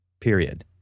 period